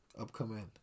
upcoming